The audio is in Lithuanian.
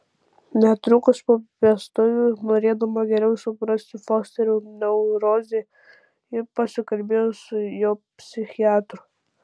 netrukus po vestuvių norėdama geriau suprasti fosterio neurozę ji pasikalbėjo su jo psichiatru